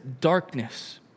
darkness